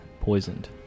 poisoned